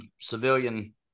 civilian